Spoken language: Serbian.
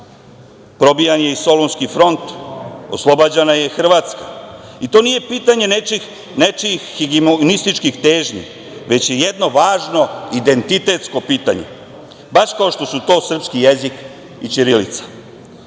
probijan je Solunski front, oslobađana je Hrvatska. To nije pitanje nečijih … težnji, već je jedno važno identitetsko pitanje, baš kao što su to srpski jezik i ćirilica